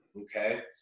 Okay